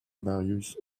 marius